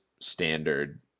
standard